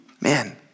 Man